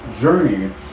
journey